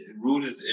rooted